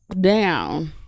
down